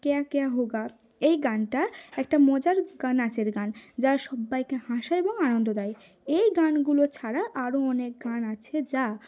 কেয়া কেয়া হোগা এই গানটা একটা মজার গ নাচের গান যা সবাইকে হাসা এবং আনন্দ দেয় এই গানগুলো ছাড়া আরও অনেক গান আছে যা